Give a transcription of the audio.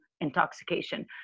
intoxication